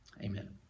Amen